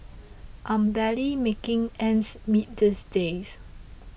I'm barely making ends meet these days